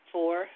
Four